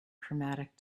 chromatic